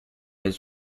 his